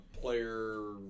player